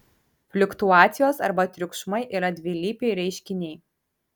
fliuktuacijos arba triukšmai yra dvilypiai reiškiniai